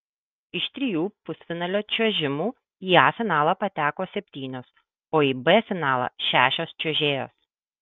iš trijų pusfinalio čiuožimų į a finalą pateko septynios o į b finalą šešios čiuožėjos